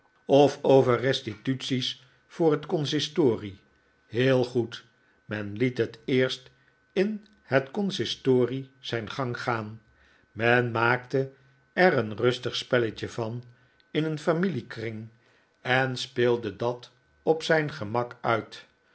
of over restituties voor het consistorie heel goed men liet het eerst in het consistorie zijn gang gaan men maakte er een rustig spelletje van in een familiekring en speelde dat op zijn gemak uit